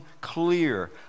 clear